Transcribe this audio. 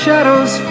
Shadows